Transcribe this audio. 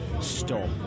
stop